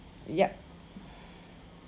yup